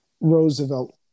Roosevelt